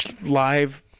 live